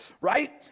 Right